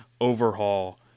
Overhaul